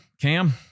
Cam